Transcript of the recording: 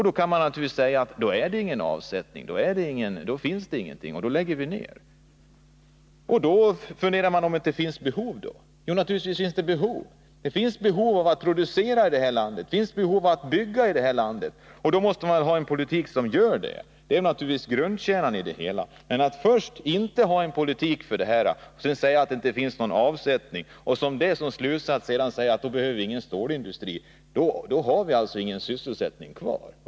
Då kan man naturligtvis säga att det inte är någon avsättning, att det inte finns någonting och att vi då lägger ner. Men finns det inga behov då? Jo, naturligtvis finns det behov. Det finns behov av att producera i det här landet, och det finns behov av att bygga i det här landet, och då måste man ha en politik som gör det. Det är grundkärnan i det hela. Om man emellertid först inte har någon politik för detta och sedan säger att det inte finns någon avsättning och av detta drar slutsatsen att vi inte behöver någon stålindustri, då har vi alltså ingen sysselsättning kvar.